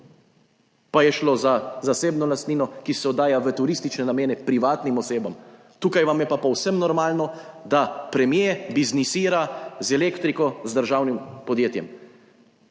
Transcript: Pa je šlo za zasebno lastnino, ki se oddaja v turistične namene privatnim osebam. Tukaj vam je pa povsem normalno, da premier biznisira z elektriko, z državnim podjetjem.